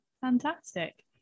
fantastic